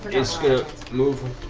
is going to move